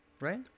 Right